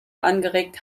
angeregt